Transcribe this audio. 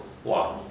!wah!